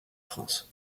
france